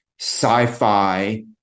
sci-fi